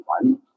one